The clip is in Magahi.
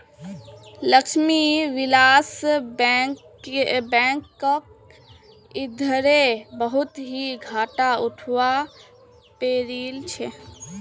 लक्ष्मी विलास बैंकक इधरे बहुत ही घाटा उठवा पो रील छे